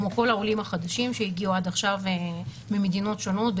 כמו כל העולים החדשים שהגיעו עד עכשיו ממדינות שונות,